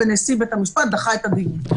ונשיא בית המשפט דחה את הדיון.